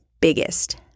biggest